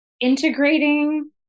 integrating